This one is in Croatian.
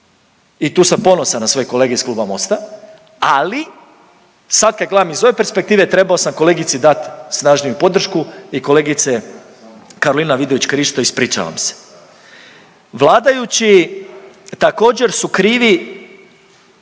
I tu sam ponosan na svoje kolege iz Kluba Mosta ali sad kad gledam iz ove perspektive trebao sam kolegici dat snažniju podršku i kolegice Karolina Vidović Krišto, ispričavam se. Vladajući također su krivi